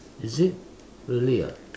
is it really ah